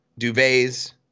duvets